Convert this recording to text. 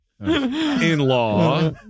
In-law